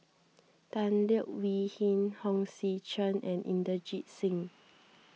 Tan Leo Wee Hin Hong Sek Chern and Inderjit Singh